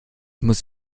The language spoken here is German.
muss